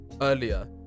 earlier